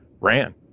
ran